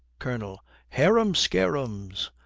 colonel. harum-scarums!